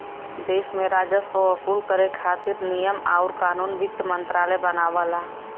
देश में राजस्व वसूल करे खातिर नियम आउर कानून वित्त मंत्रालय बनावला